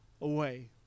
away